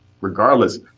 Regardless